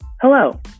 Hello